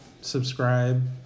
Subscribe